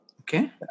okay